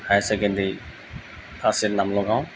হাই secondary first ইয়েৰত নাম লগাওঁ